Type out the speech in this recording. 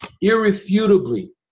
irrefutably